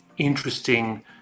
interesting